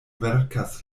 verkas